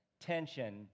tension